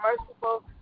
merciful